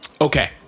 okay